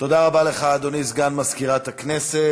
תודה רבה לך, אדוני סגן מזכירת הכנסת.